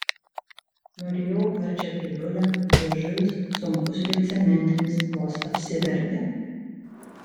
nurijau karčią piliulę liežuvis sunkus lyg cementinis vos apsivertė